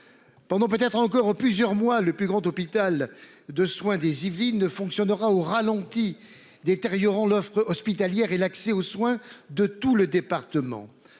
Pendant peut-être encore plusieurs mois, le plus grand hôpital de soins des Yvelines ne fonctionnera au ralenti détériorant l'offre hospitalière et l'accès aux soins de tout le département,